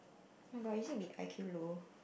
oh-my-god is it we i_q low